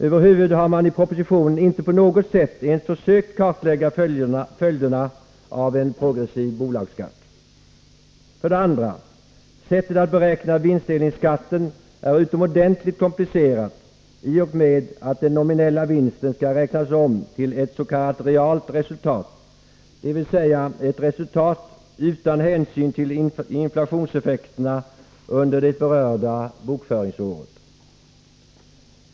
Över huvud har man i propositionen inte på något sätt ens försökt kartlägga följderna av en progressiv bolagsskatt. För det andra: Sättet att beräkna vinstdelningsskatten är utomordentligt komplicerat i och med att den nominella vinsten skall räknas om till ett s.k. realt resultat, dvs. ett resultat utan hänsyn till inflationseffekterna under det berörda bokföringsåret.